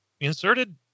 Inserted